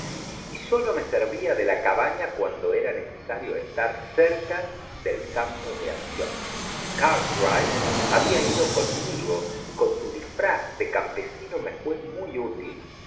y sólo hie servía de la cabaña cuando era necesario estar cerca del campo de acción cartwright había ido conmigo y con su disfraz de campesino me fue muy útil